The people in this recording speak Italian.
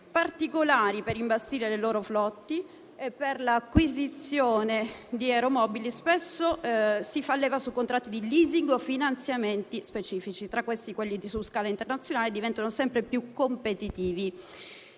particolari per imbastire le loro flotte e per l'acquisizione di aeromobili spesso si fa leva su contratti di *leasing* o finanziamenti specifici. Tra questi, quelli su scala internazionale diventano sempre più competitivi,